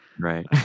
right